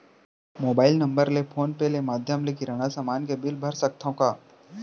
Mobile number ले phone पे ले माधयम ले किराना समान के बिल भर सकथव का?